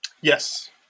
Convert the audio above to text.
yes